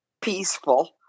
peaceful